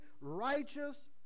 righteous